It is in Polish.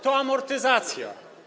To amortyzacja.